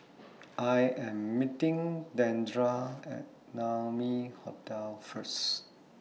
I Am meeting Dandre At Naumi Hotel First